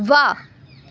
ਵਾਹ